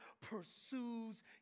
pursues